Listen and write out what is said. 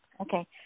Okay